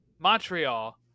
Montreal